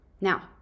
Now